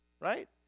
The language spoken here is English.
right